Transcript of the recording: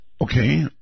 Okay